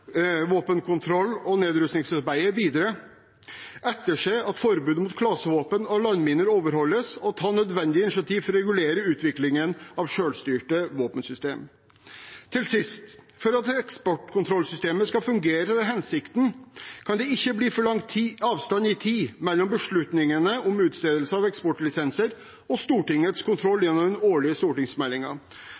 og nedrustningsarbeidet videre, etterse at forbud mot klasevåpen og landminer overholdes, og ta nødvendige initiativ for å regulere utviklingen av selvstyrte våpensystemer. Til sist: For at eksportkontrollsystemet skal fungere etter hensikten, kan det ikke bli for lang avstand i tid mellom beslutningene om utstedelser av eksportlisenser og Stortingets kontroll gjennom de årlige